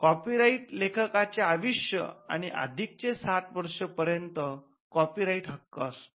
copyright लेखकाचे आयुष्य आणि अधिक चे ६० वर्षांपर्यंत कॉपी राईट हक्क असतो